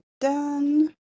done